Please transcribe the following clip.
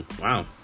wow